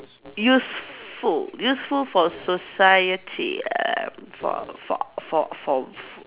useful useful for society uh for for for for